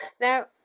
Now